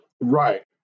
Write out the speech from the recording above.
right